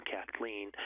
Kathleen